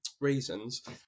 reasons